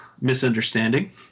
misunderstanding